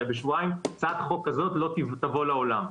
הרי בשבועיים הצעת חוק כזאת לא תבוא לעולם.